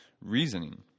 reasoning